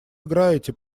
играете